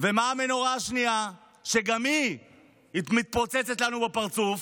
ומה הנורה השנייה, שגם היא מתפוצצת לנו בפרצוף?